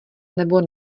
nebo